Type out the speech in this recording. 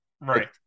right